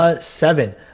seven